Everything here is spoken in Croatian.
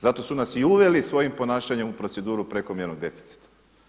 Zato su nas i uveli svojim ponašanjem u proceduru prekomjernog deficita.